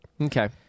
Okay